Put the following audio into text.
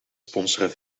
sponsoren